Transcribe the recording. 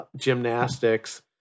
gymnastics